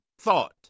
thought